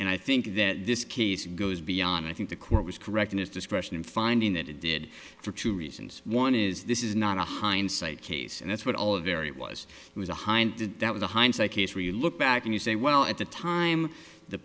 and i think that this case goes beyond i think the court was correct in its discretion in finding that it did for two reasons one is this is not a hindsight case and that's what all a very was was a hind that that was a hindsight case where you look back and you say well at the time the